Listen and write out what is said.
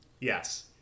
Yes